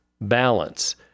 balance